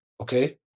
okay